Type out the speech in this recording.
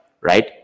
Right